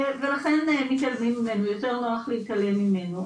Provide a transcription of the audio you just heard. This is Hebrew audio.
ולכן יותר נוח להתעלם ממנו.